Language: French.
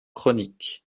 chronique